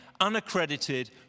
unaccredited